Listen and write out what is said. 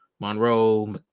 Monroe